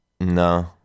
no